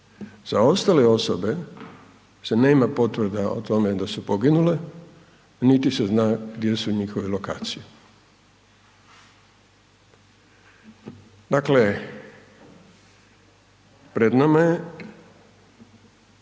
za ostale osobe se nema potvrda o tome da su poginule, niti se zna gdje su njihove lokacije. Dakle, pred nama je,